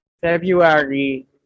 February